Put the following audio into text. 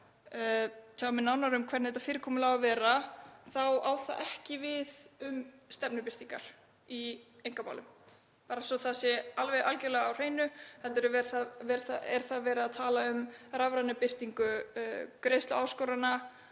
það eigi ekki við um stefnubirtingar í einkamálum, bara svo að það sé algerlega á hreinu, heldur er þar verið að tala um rafræna birtingu greiðsluáskorana